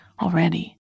already